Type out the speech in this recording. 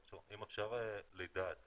רק אם אפשר לדעת,